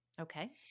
Okay